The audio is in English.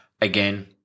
Again